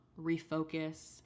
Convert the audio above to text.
Refocus